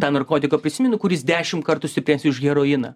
tą narkotiką prisimenu kuris dešim kartų stipres už heroiną